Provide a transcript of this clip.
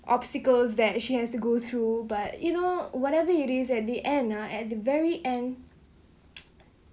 obstacles that she has to go through but you know whatever it is at the end ah at the very end